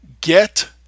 get